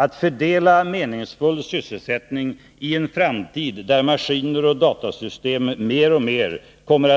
Att fördela meningsfull sysselsättning i en framtid där maskiner och datasystem mer och mer